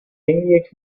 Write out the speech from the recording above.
اینیک